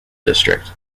district